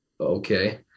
okay